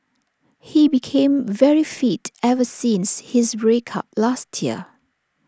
he became very fit ever since his break up last year